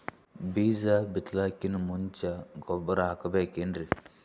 ಬೀಜ ಬಿತಲಾಕಿನ್ ಮುಂಚ ಗೊಬ್ಬರ ಹಾಕಬೇಕ್ ಏನ್ರೀ?